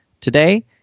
Today